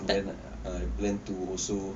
and I plan to also